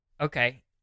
Okay